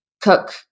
cook